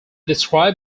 described